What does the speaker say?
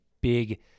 big –